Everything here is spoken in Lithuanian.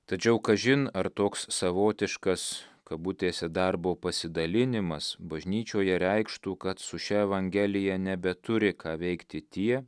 tačiau kažin ar toks savotiškas kabutėse darbo pasidalinimas bažnyčioje reikštų kad su šia evangelija nebeturi ką veikti tie